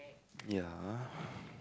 ya